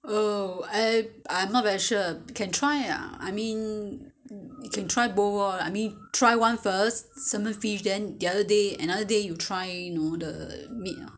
oh I I'm not very sure can try ah I mean you can try both lor I mean try one first salmon fish then the other day another day you try nood~ meat